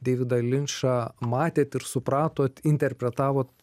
deividą linčą matėt ir supratot interpretavot